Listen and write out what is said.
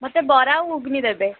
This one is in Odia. ମୋତେ ବରା ଆଉ ଘୁଗୁନି ଦେବେ